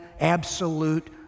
absolute